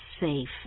safe